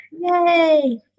Yay